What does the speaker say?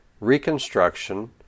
reconstruction